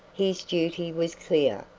his duty was clear,